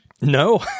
No